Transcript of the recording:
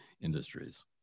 industries